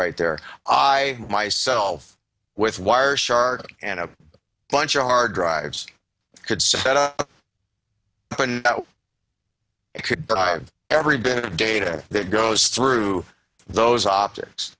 right there i myself with wireshark and a bunch of hard drives could see that i could drive every bit of data that goes through those objects